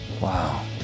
Wow